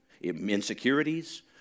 Insecurities